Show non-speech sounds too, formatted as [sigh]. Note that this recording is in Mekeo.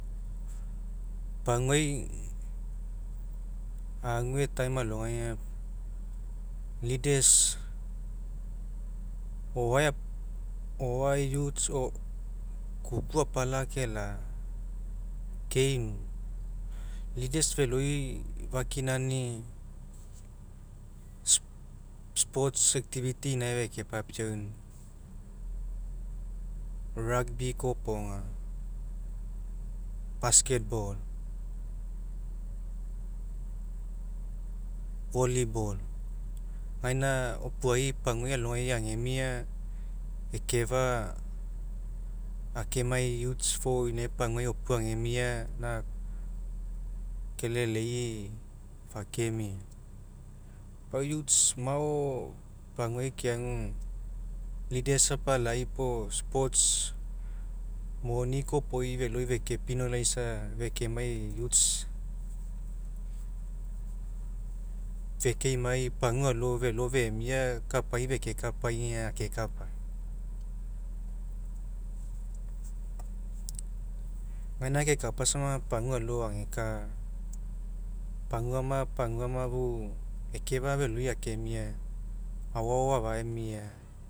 Paguai ague time alogai aga, leaders o'oae youths o kuku apala kela'a keinu. Leaders feloi fakinani sports activity inae fekepapiauni, rugby kopoga [noise] basketball volleyball gaina opuai pagua alogai agemia ekefa'a akemai youths fou inae paguai paguai opua agemia gaina kelelei fakemia. Pau youths mao paguai keagu leaders apalai puo sports moni kopoi felo fekepinoilaisa fekemai youths fekaimai pagua aloa felo femia kapai fekekapai aga akekapai. Gaina kekapa samaga paguai alo ageka paguama paguama ekefa'a feloi akemia aoao afaemia